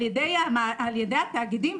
על ידי התאגידים,